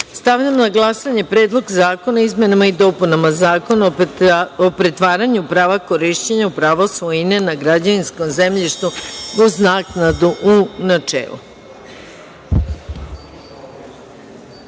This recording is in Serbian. glasanje. Stavljam na glasanje Predlog zakona o izmenama i dopunama Zakona o pretvaranju prava korišćenja u pravo svojine na građevinskom zemljištu uz naknadu, u